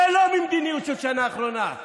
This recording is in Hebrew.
זה לא ממדיניות של השנה האחרונה.